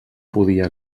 podia